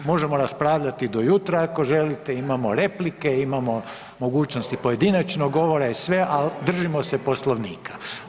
Možemo raspravljati do jutra ako želite, imamo replike, imamo mogućnosti pojedinačnog govora i sve, ali držimo se Poslovnika.